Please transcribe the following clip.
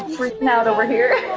freaking out over here.